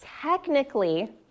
technically